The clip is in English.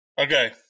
Okay